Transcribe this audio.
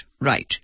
Right